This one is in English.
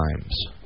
times